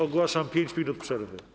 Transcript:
Ogłaszam 5 minut przerwy.